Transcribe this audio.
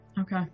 Okay